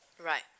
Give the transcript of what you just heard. Right